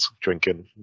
drinking